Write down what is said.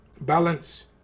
balance